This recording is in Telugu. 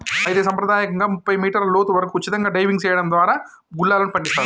అయితే సంప్రదాయకంగా ముప్పై మీటర్ల లోతు వరకు ఉచితంగా డైవింగ్ సెయడం దారా గుల్లలను పండిస్తారు